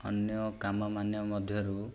ଅନ୍ୟ କାମମାନ ମଧ୍ୟରୁ